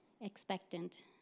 expectant